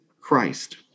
Christ